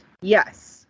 yes